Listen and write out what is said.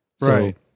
right